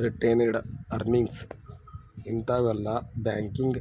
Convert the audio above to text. retained earnings ಇಂತಾವೆಲ್ಲ banking